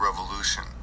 Revolution